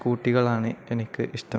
സ്കൂട്ടികളാണ് എനിക്ക് ഇഷ്ടം